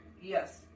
Yes